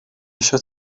eisiau